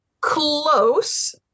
Close